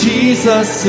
Jesus